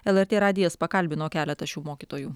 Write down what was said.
lrt radijas pakalbino keletą šių mokytojų